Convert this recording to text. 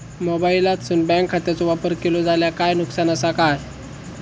मोबाईलातसून बँक खात्याचो वापर केलो जाल्या काय नुकसान असा काय?